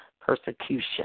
persecution